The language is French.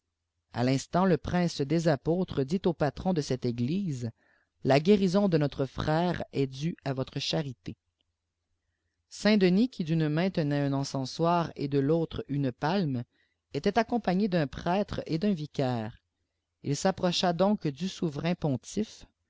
a l'instant le prince des apôtres dit au patron de cdte église la guérison de notre firère est duc à votre charité saint denis qui d'une main tenait un encensoir et de l'autre une palme était accompagné d'un prêtre et d'un vicaire il s'qn procha donc du souverain pontife